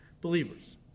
believers